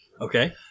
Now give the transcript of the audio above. Okay